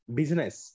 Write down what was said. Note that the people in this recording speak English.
business